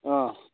অ